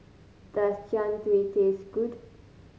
does Jian Dui taste good